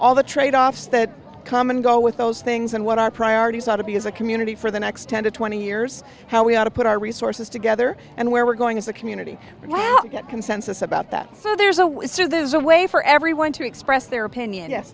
all the trade offs that come and go with those things and what our priorities ought to be as a community for the next ten to twenty years how we ought to put our resources together and where we're going as a community consensus about that so there's a will so this is a way for everyone to express their opinion yes